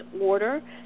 order